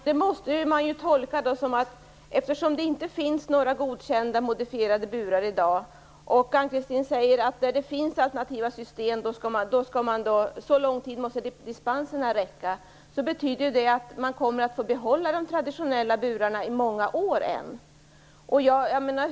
Herr talman! Eftersom det i dag inte finns några godkända modifierade burar, och Ann-Kristine Johansson säger att dispenserna måste räcka tills dess man har nya alternativa system, betyder det att man kommer man att få behålla de traditionella burarna i många år än.